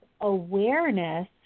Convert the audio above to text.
awareness